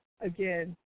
again